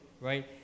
right